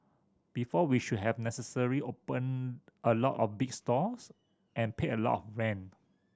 before we should have necessarily opened a lot of big stores and paid a lot rent